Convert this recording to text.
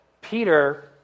Peter